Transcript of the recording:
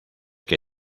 que